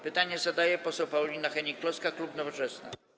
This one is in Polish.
Pytanie zadaje poseł Paulina Hennig-Kloska, klub Nowoczesna.